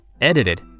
edited